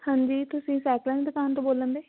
ਹਾਂਜੀ ਤੁਸੀਂ ਸਾਈਕਲਾਂ ਦੀ ਦੁਕਾਨ ਤੋਂ ਬੋਲਣ ਦੇ